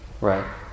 Right